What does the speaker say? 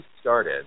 started